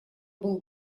был